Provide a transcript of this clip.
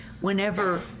whenever